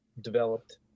developed